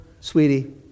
sweetie